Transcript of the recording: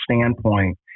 standpoint